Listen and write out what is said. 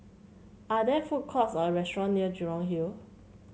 are there food courts or restaurant near Jurong Hill